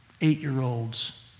eight-year-olds